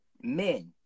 men